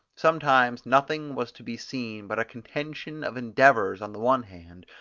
sometimes nothing was to be seen but a contention of endeavours on the one hand,